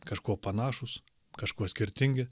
kažkuo panašūs kažkuo skirtingi